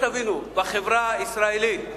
שתבינו: בחברה הישראלית,